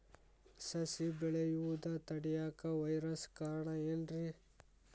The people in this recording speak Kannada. ಸಸಿ ಬೆಳೆಯುದ ತಡಿಯಾಕ ವೈರಸ್ ಕಾರಣ ಏನ್ರಿ?